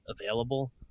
available